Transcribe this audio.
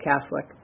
Catholic